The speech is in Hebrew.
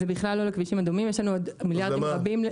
יש לנו עוד מיליארדים רבים.